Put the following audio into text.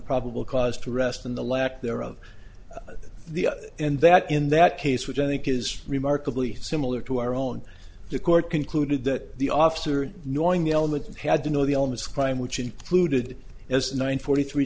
probable cause to arrest and the lack thereof the and that in that case which i think is remarkably similar to our own the court concluded that the officer knowing the elements had to know the elements crime which included as nine forty three